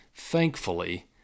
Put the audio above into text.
Thankfully